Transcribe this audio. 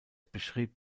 beschrieb